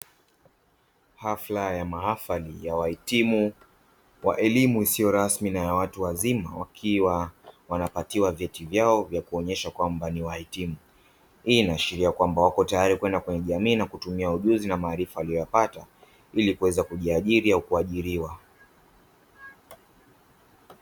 Hafla ya mahafali ya wahitimu, wa elimu isiyo rasmi na ya watu wazima, wakiwa wanapatiwa vyeti vyao vya kuonyesha kwamba ni wahitimu. Hii inaashiria kwamba wako tayari kwenda kwenye jamii na kutumia ujuzi na maarifa waliyoyapata ili kuweza kujiajiri au kuajiriwa.